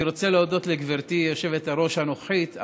אני רוצה להודות לגברתי היושבת-ראש הנוכחית,